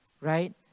Right